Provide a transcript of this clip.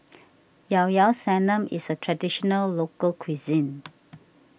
Ilao Ilao Sanum is a Traditional Local Cuisine